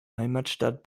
heimatstadt